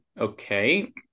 okay